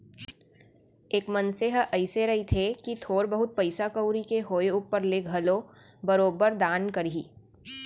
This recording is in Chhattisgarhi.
एक मनसे ह अइसे रहिथे कि थोर बहुत पइसा कउड़ी के होय ऊपर ले घलोक बरोबर दान करही